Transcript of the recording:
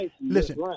listen